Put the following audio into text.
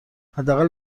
حداقل